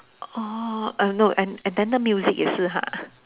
orh err no and and then the music 也是啦 ha